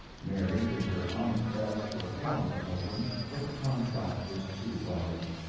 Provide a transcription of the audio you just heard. mary did her honest best to reform her husband, but the contract was too large.